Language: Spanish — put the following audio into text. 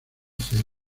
cero